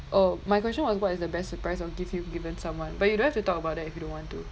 oh my question was what is the best surprise or gift you've given someone but you don't have to talk about that if you don't want to